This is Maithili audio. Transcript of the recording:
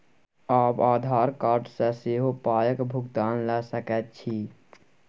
आब आधार कार्ड सँ सेहो पायक भुगतान ल सकैत छी